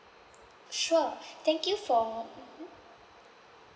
sure thank you for mmhmm